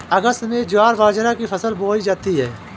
अगस्त में ज्वार बाजरा की फसल बोई जाती हैं